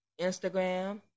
Instagram